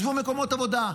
עזבו מקומות עבודה,